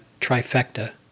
trifecta